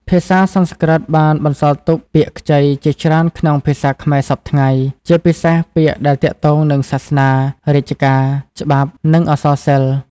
ភាសាសំស្ក្រឹតបានបន្សល់ទុក ពាក្យខ្ចី ជាច្រើនក្នុងភាសាខ្មែរសព្វថ្ងៃ ជាពិសេសពាក្យដែលទាក់ទងនឹងសាសនា រាជការ ច្បាប់ និងអក្សរសិល្ប៍។